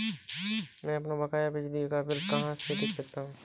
मैं अपना बकाया बिजली का बिल कहाँ से देख सकता हूँ?